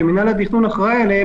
שמינהל התכנון אחראי עליהם,